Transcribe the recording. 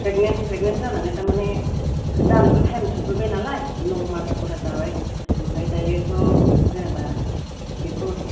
pregnant pregnant जानानै थारमाने जानोबो टाइम सफैबाय नालाय न' मास फुरा जाबाय ओमफ्राय दायोथ' जेनेबा बेखौ